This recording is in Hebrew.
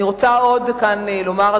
אני רוצה עוד לומר כאן,